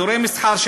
אזורי מסחר,